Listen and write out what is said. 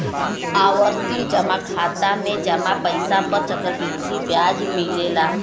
आवर्ती जमा खाता में जमा पइसा पर चक्रवृद्धि ब्याज मिलला